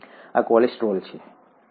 આ કોલેસ્ટ્રોલ છે ને